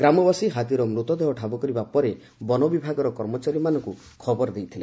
ଗ୍ରାମବାସୀ ହାତୀର ମୁତଦେହ ଠାବ କରିବା ପରେ ବନ ବିଭାଗର କର୍ମଚାରୀମାନଙ୍କୁ ଖବର ଦେଇଥିଲେ